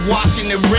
Washington